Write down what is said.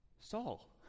Saul